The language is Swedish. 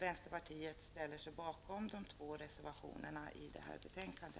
Vänsterpartiet ställer sig bakom de två reservationerna i detta betänkande.